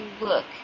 look